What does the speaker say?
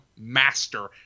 Master